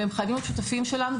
הם חייבים להיות שותפים שלנו,